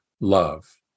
love